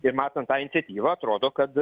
ir matant tą iniciatyvą atrodo kad